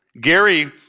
Gary